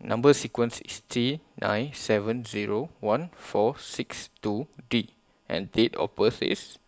Number sequence IS T nine seven Zero one four six two D and Date of birth IS